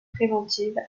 préventive